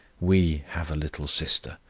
we have a little sister,